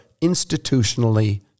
institutionally